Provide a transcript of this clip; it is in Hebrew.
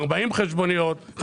40 חשבוניות,